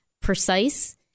precise